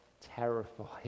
terrified